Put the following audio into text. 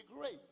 great